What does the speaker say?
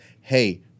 hey